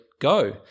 go